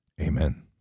Amen